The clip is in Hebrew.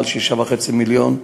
מעל 6.5 מיליון,